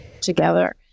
together